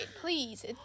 please